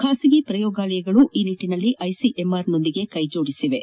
ಖಾಸಗಿ ಪ್ರಯೋಗಾಲಯಗಳೂ ಈ ನಿಟ್ಟನಲ್ಲಿ ಐಸಿಎಂಆರ್ನೊಂದಿಗೆ ಕೈಜೋಡಿಸಿವೆ